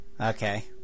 Okay